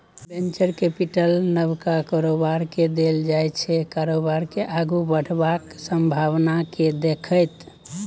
venture capital नबका कारोबारकेँ देल जाइ छै कारोबार केँ आगु बढ़बाक संभाबना केँ देखैत